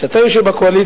כשאתה יושב בקואליציה,